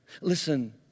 Listen